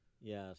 Yes